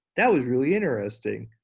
that was really interesting.